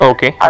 Okay